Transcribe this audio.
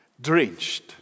Drenched